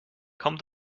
komm